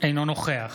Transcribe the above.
אינו נוכח